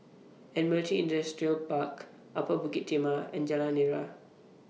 Admiralty Industrial Park Upper Bukit Timah and Jalan Nira